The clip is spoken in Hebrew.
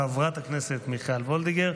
חברת הכנסת מיכל וולדיגר,